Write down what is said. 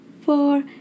four